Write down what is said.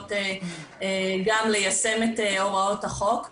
שאמורות גם ליישם את הוראות החוק.